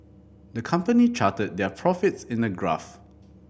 the company charted their profits in a graph